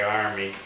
army